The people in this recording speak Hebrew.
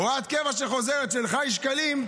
הוראת קבע שחוזרת של ח"י שקלים,